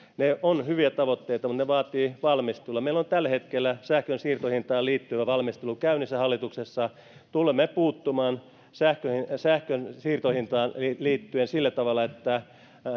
ne ovat hyviä tavoitteita mutta ne vaativat valmistelua meillä on tällä hetkellä sähkön siirtohintaan liittyvä valmistelu käynnissä hallituksessa tulemme puuttumaan sähkön sähkön siirtohintaan sillä tavalla että